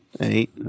eight